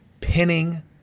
pinning